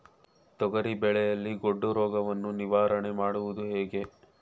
ತೊಗರಿ ಬೆಳೆಯಲ್ಲಿ ಗೊಡ್ಡು ರೋಗವನ್ನು ನಿವಾರಣೆ ಮಾಡುವುದು ಹೇಗೆ?